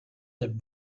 had